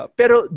pero